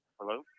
Hello